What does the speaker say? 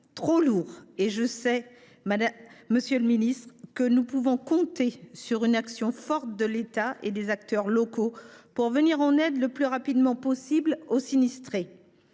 trop lourd. Je sais, monsieur le ministre, que nous pouvons compter sur une action forte de l’État et des acteurs locaux pour venir en aide aux sinistrés le plus rapidement possible. J’en viens